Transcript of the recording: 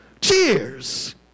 Cheers